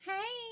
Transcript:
Hey